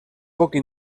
poca